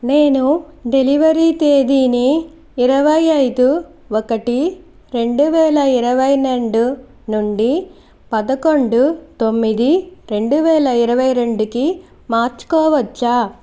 నేను డెలివరీ తేదీని ఇరవై ఐదు ఒకటి రెండు వేల ఇరవై రెండు నుండి పదకొండు తొమ్మిది రెండు వేల ఇరవై రెండుకి మార్చుకోవచ్చా